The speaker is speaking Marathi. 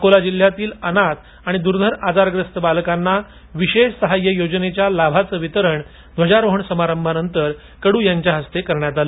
अकोला जिल्ह्यातील अनाथ आणि दूर्धर आजारग्रस्त बालकांना विशेष सहाय्य योजनेच्या लाभाचे वितरण ध्वजारोहण सभारंभानंतर कडू यांच्या हस्ते करण्यात आलं